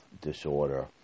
disorder